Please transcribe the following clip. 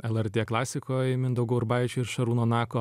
lrt klasikoj mindaugo urbaičio ir šarūno nako